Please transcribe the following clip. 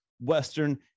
Western